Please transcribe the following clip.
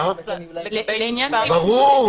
ברור.